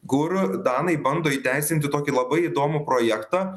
kur danai bando įteisinti tokį labai įdomų projektą